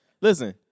Listen